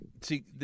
See